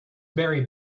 barry